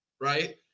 right